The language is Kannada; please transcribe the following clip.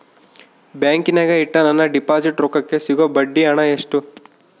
ಬ್ಯಾಂಕಿನಾಗ ಇಟ್ಟ ನನ್ನ ಡಿಪಾಸಿಟ್ ರೊಕ್ಕಕ್ಕೆ ಸಿಗೋ ಬಡ್ಡಿ ಹಣ ಎಷ್ಟು?